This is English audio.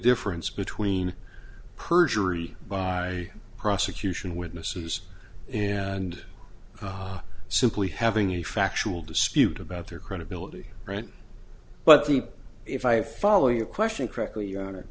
difference between perjury by prosecution witnesses and simply having a factual dispute about their credibility right but keep if i follow your question correctly on